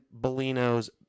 Bellino's